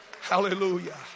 Hallelujah